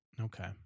Okay